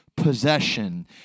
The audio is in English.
possession